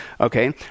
Okay